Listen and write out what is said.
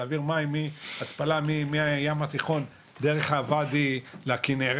להעביר התפלה מהים התכנון דרך הוואדי לכנרת.